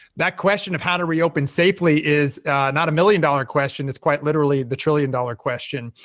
that question of how to reopen safely is not a million dollar question. it's quite literally the trillion dollar question,